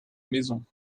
maison